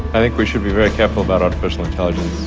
i think we should be very careful about artificial intelligence.